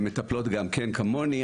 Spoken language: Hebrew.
מטפלות גם כן כמוני,